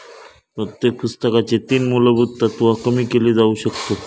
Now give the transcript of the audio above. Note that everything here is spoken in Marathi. प्रत्येक पुस्तकाची तीन मुलभुत तत्त्वा कमी केली जाउ शकतत